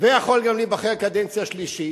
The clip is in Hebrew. ויכול גם להיבחר קדנציה שלישית.